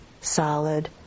solid